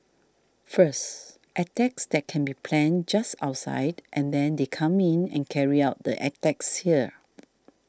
first attacks that can be planned just outside and then they come in and carry out the attacks here